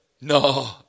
No